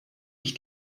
ich